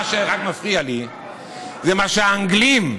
מה שרק מפריע לי זה מה שהאנגלים,